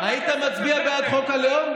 היית מצביע בעד חוק הלאום.